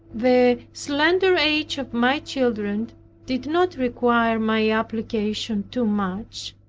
the slender age of my children did not require my application too much,